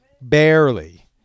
Barely